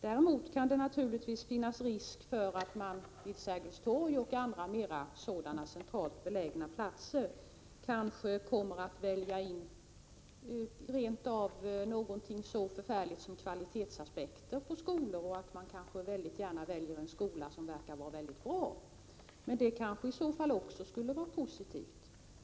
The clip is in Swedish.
Däremot kan det naturligtvis finnas risk för att man vid Sergels torg och andra sådana mera centralt belägna platser rent av kan komma att väga in någonting så förfärligt som kvalitetsaspekter på skolor och att man kanske gärna väljer en skola som verkar vara mycket bra. Men också det skulle i så fall vara positivt.